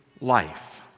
life